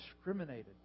discriminated